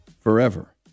forever